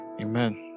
Amen